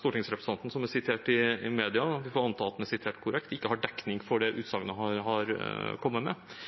stortingsrepresentanten som er sitert i media – vi får anta at han er korrekt sitert – ikke har dekning for det utsagnet han har kommet med.